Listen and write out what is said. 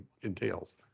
entails